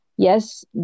Yes